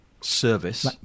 Service